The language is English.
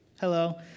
Hello